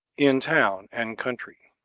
in town and country,